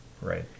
Right